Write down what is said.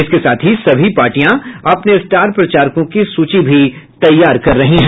इसके साथ ही सभी पार्टियां अपने स्टार प्रचारकों की सूची भी तैयार कर रही है